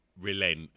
relent